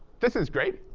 this is great.